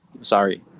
Sorry